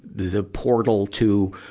the portal to,